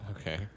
okay